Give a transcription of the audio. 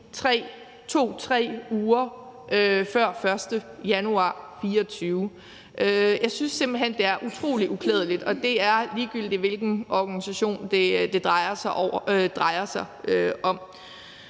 2-3 uger før den 1. januar 2024. Jeg synes simpelt hen, det er utrolig uklædeligt, og det er ligegyldigt, hvilken organisation det drejer sig om.